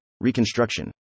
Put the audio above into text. reconstruction